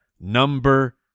number